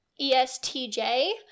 ESTJ